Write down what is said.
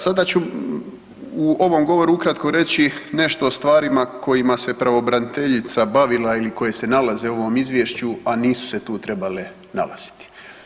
Sada ću u ovom govoru ukratko reći nešto o stvarima kojima se pravobraniteljica bavila ili koji se nalaze u ovom izvješću, a nisu se tu trebale nalaziti.